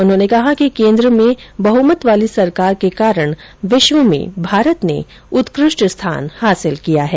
उन्होंने कहा कि केन्द्र में बहमत वाली सरकार के कारण विश्व में भारत ने उत्कृष्ट स्थान हासिल किया है